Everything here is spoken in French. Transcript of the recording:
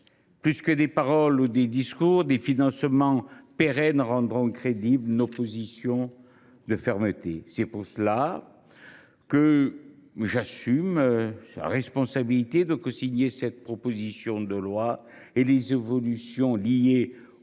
Plus que des paroles ou des discours, des financements pérennes rendront crédibles nos positions de fermeté. C’est pourquoi j’assume la responsabilité de cosigner cette proposition de loi, ainsi que